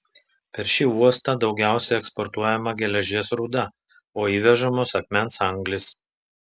per šį uostą daugiausiai eksportuojama geležies rūda o įvežamos akmens anglys